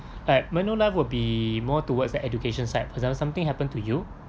uh manulife will be more towards the education side as in something happen to you